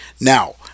now